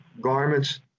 garments